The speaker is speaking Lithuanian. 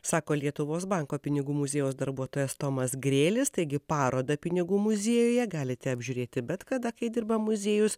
sako lietuvos banko pinigų muziejaus darbuotojas tomas grėlis taigi parodą pinigų muziejuje galite apžiūrėti bet kada kai dirba muziejus